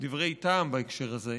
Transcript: דברי טעם בהקשר הזה.